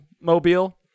mobile